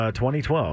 2012